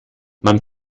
man